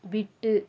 விட்டு